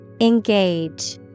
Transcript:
Engage